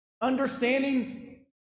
understanding